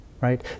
right